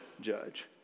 judge